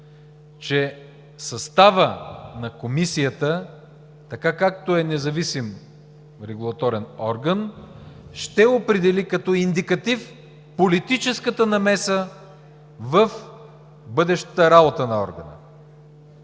че съставът на Комисията, така както е независим регулаторен орган, ще определи като индикатив политическата намеса в бъдещата работа на органа.